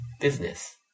business